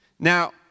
Now